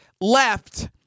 left